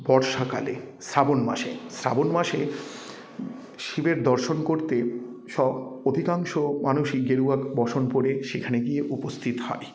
বর্ষাকালে শ্রাবণ মাসে শ্রাবণ মাসে শিবের দর্শন করতে সব অধিকাংশ মানুষই গেরুয়া বসন পরে সেখানে গিয়ে উপস্থিত হয়